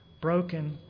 broken